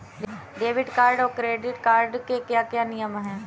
Debit card और credit card के क्या क्या नियम हैं?